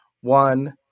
one